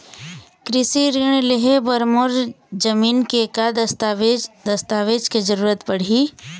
कृषि ऋण लेहे बर मोर जमीन के का दस्तावेज दस्तावेज के जरूरत पड़ही?